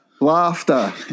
laughter